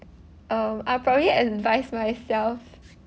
um I probably advise myself